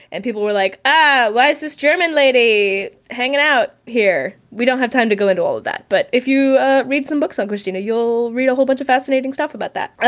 and people were like, ah, why is this german lady hanging out here? we don't have time to go into all of that. but if you ah read some books on kristina, you'll read a whole bunch of fascinating stuff about that.